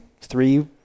three